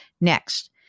next